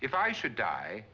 if i should die